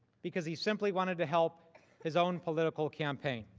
because he simply wanted to help his own political campaign.